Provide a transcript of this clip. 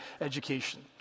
education